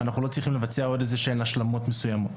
ואנחנו לא צריכים לבצע עוד איזה שהן השלמות מסוימות.